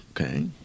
okay